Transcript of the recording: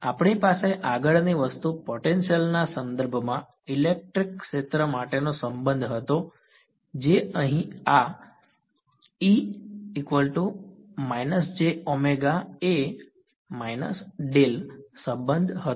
આપણી પાસે આગળની વસ્તુ પોટેન્શિયલ ના સંદર્ભમાં ઇલેક્ટ્રિક ક્ષેત્ર માટેનો સંબંધ હતો જે અહીં આ સંબંધ હતો